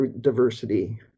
diversity